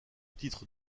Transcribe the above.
titre